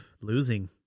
losing